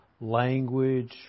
language